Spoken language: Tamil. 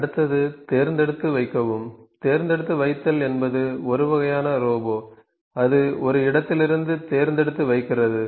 அடுத்தது தேர்ந்தெடுத்து வைக்கவும் தேர்ந்தெடுத்து வைத்தல் என்பது ஒரு வகையான ரோபோ அது ஒரு இடத்திலிருந்து தேர்ந்தெடுத்து வைக்கிறது